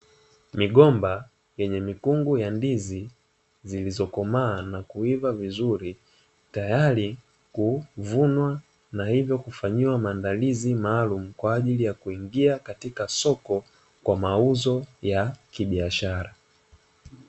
Migomba yenye mikungu ya ndizi zilizokomaa na kuiva vizuri, tayari kuvunwa na hivyo kufanyiwa maandalizi maalumu kwa ajili ya kuingia katika soko kwa mauzo ya kibiashara.